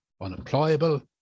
unemployable